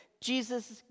Jesus